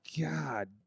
god